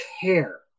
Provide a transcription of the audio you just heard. care